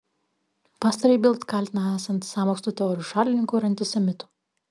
pastarąjį bild kaltina esant sąmokslo teorijų šalininku ir antisemitu